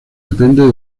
depende